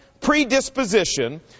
predisposition